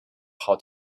how